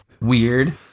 Weird